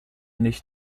nicht